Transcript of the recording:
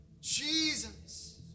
Jesus